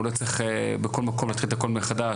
הוא לא צריך בכל מקום להתחיל את הכול מחדש.